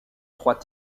trois